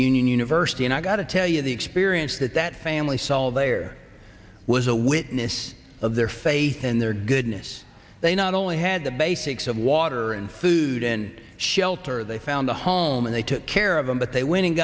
union university and i got to tell you the experience that that family cell there was a witness of their faith in their goodness they not only had the basics of water and food and shelter they found a home and they took care of them but they went and